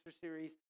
series